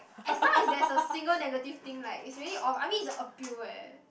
I thought there's a single negative thing like is really ob~ I mean is a appeal eh